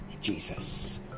Jesus